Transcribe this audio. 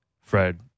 Fred